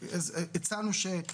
הצענו שאם